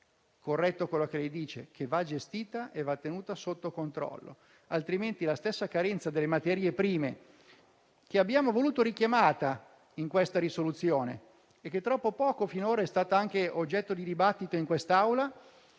corretto ciò che lei dice e, cioè, che va gestita e tenuta sotto controllo; altrimenti, la stessa carenza delle materie prime che abbiamo voluto richiamata nella proposta di risoluzione e che troppo poco finora è stata oggetto di dibattito in quest'Aula